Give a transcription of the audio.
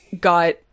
got